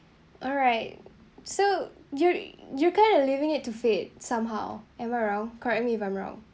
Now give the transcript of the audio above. alright so you you kind of leaving it to fate somehow am I'm wrong correct me if I'm wrong